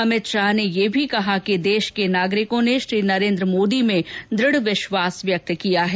अमित शाह ने यह भी कहा कि देश के नागरिकों ने श्री नरेन्द्र मोदी में दृढ विश्वास व्यक्त किया है